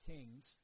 Kings